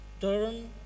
turn